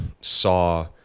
saw